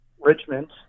Richmond